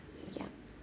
ya